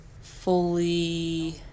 fully